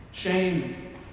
Shame